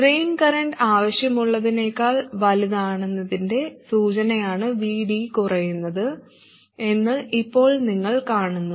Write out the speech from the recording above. drain current ആവശ്യമുള്ളതിനേക്കാൾ വലുതാണെന്നതിന്റെ സൂചനയാണ് VD കുറയുന്നത് എന്ന് ഇപ്പോൾ നിങ്ങൾ കാണുന്നു